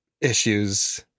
issues